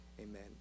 Amen